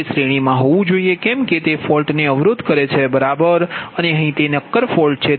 તે શ્રેણીમાં હોવું જોઈએ કેમકે તે ફોલ્ટ ને અવરોધ કરે છે બરાબર અને અહીં તે નક્કર ફોલ્ટ છે